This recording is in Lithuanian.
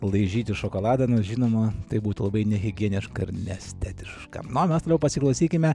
laižyti šokoladą nors žinoma tai būtų labai nehigieniška ir neestetiška na o mes toliau pasiklausykime